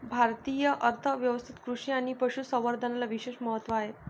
भारतीय अर्थ व्यवस्थेत कृषी आणि पशु संवर्धनाला विशेष महत्त्व आहे